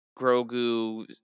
Grogu